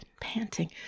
panting